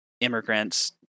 immigrants